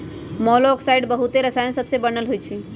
मोलॉक्साइड्स बहुते रसायन सबसे बनल होइ छइ